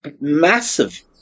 massive